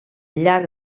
llarg